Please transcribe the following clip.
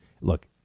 Look